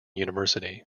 university